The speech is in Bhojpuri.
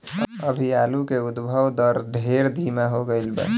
अभी आलू के उद्भव दर ढेर धीमा हो गईल बा